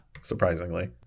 Surprisingly